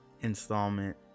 installment